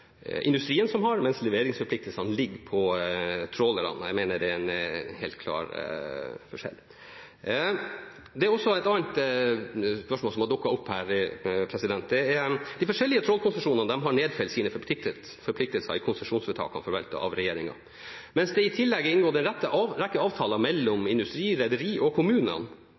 industrien som har, mens leveringsforpliktelsene ligger hos trålerne. Jeg mener det er en helt klar forskjell. Det er også et annet spørsmål som har dukket opp her. De forskjellige trålkonsesjonenes forpliktelser er nedfelt i konsesjonsvedtakene forvaltet av regjeringen, mens det i tillegg er inngått en rekke avtaler mellom industri, rederi og kommunene.